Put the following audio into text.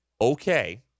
okay